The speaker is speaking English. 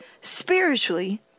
spiritually